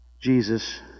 Jesus